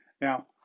Now